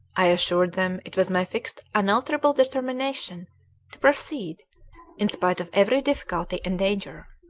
i assured them it was my fixed unalterable determination to proceed in spite of every difficulty and danger.